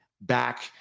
back